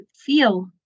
feel